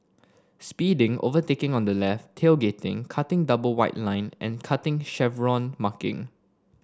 speeding overtaking on the left tailgating cutting double white line and cutting Chevron marking